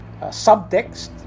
subtext